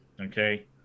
okay